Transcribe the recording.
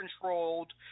controlled